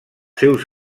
seus